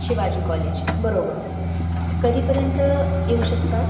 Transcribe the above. Shivaji college बरोबर कधीपर्यंत येऊ शकतात